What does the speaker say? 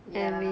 ya